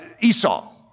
Esau